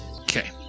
Okay